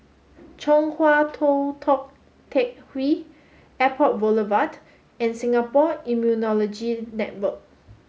Chong Hua Tong Tou Teck Hwee Airport Boulevard and Singapore Immunology Network